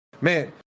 man